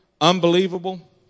Unbelievable